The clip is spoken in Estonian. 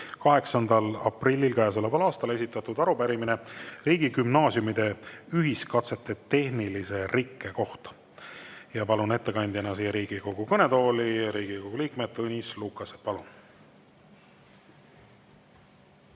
8. aprillil käesoleval aastal esitatud arupärimine riigigümnaasiumide ühiskatsete tehnilise rikke kohta. Ja palun ettekandjana Riigikogu kõnetooli Riigikogu liikme Tõnis Lukase. Palun!